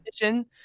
vision